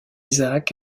isaac